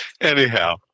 Anyhow